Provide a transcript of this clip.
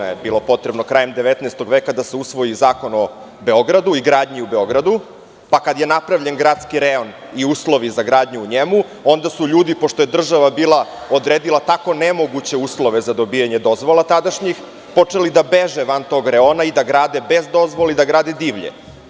Krajem 19. veka je bilo potrebno 40 godina da se usvoji Zakon o Beogradu i gradnji u Beogradu, pa kad je napravljen gradski rejon i uslovi za gradnju u njemu, onda su ljudi, pošto je država odredila tako nemoguće uslove za dobijanje dozvola tadašnjih, počeli da beže van tog reona i da grade bez dozvole i da grade divlje.